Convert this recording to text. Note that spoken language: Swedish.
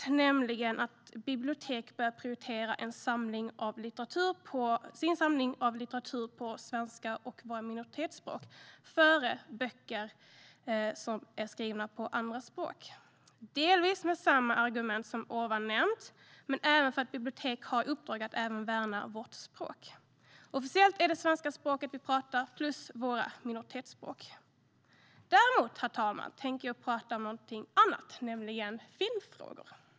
Den handlar om att bibliotek bör prioritera en samling av litteratur på svenska och på våra minoritetsspråk före böcker som är skrivna på andra språk. Argumenten är delvis desamma som jag tidigare nämnt, men biblioteken har även i uppdrag att värna vårt språk. Officiellt är det svenska och våra minoritetsspråk vi talar. Herr talman! Nu ska jag tala om film.